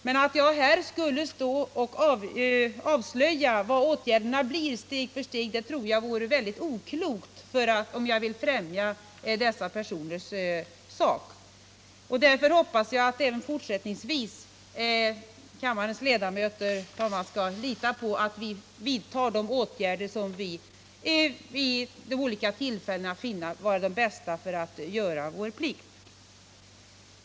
Men jag tror att det vore väldigt oklokt om jag här skulle avslöja steg för steg vilka åtgärder vi ämnar vidta — om jag vill främja dessa personers sak . Därför hoppas jag, herr talman, att kammarens ledamöter även fortsättningsvis skall lita på att vi vidtar de åtgärder som vi vid olika tillfällen finner vara de bästa för att göra vår plikt.